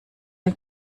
ein